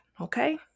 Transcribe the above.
okay